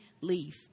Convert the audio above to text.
leave